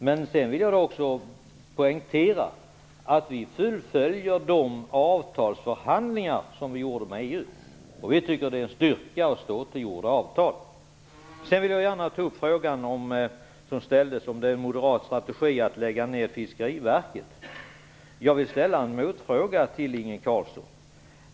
Jag vill också poängtera att vi fullföljer de avtalsförhandlingar som vi förde med EU. Vi tycker att det är en styrka att stå för slutna avtal. Sedan vill jag gärna ta upp den fråga som ställdes, om det är moderat strategi att lägga ner Fiskeriverket. Jag vill ställa en motfråga till Inge Carlsson.